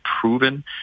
proven